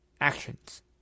actions